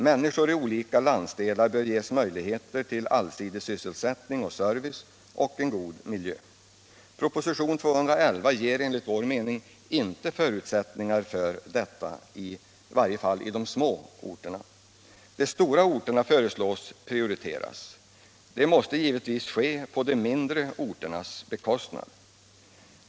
Människor i olika landsdelar bör ges möjligheter till allsidig sysselsättning och service och en god miljö. Proposition 211 ger enligt vår mening inte förutsättningar för detta i varje fall i de små orterna. De stora orterna föreslås bli prioriterade. Det måste givetvis ske på de mindre orternas bekostnad.